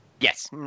Yes